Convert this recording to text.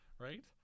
Right